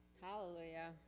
hallelujah